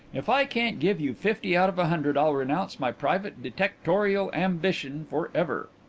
if i can't give you fifty out of a hundred i'll renounce my private detectorial ambition for ever.